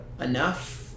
enough